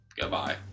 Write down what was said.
goodbye